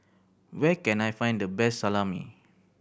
where can I find the best Salami